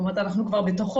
זאת אומרת, אנחנו כבר בתוכו.